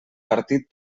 partit